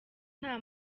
nta